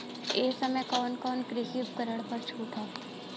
ए समय कवन कवन कृषि उपकरण पर छूट ह?